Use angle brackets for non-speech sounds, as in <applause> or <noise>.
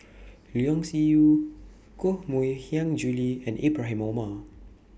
<noise> Leong Yee Soo Koh Mui Hiang Julie and Ibrahim Omar